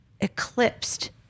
eclipsed